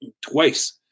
twice